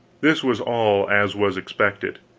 this was all as was expected.